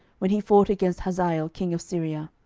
when he fought against hazael king of syria.